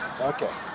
Okay